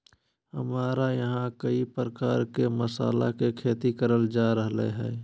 हमरा यहां कई प्रकार के मसाला के खेती करल जा रहल हई